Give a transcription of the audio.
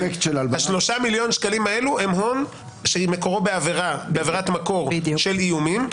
שלושה מיליון השקלים האלה הם הון שמקורו בעבירת מקור של איומים.